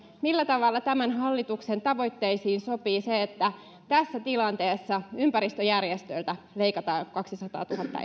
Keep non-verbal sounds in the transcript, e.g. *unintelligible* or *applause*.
millä tavalla tämän hallituksen tavoitteisiin sopii se että tässä tilanteessa ympäristöjärjestöiltä leikataan kaksisataatuhatta *unintelligible*